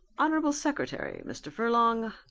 hon. secretary mr. furlong,